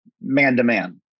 man-to-man